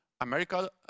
America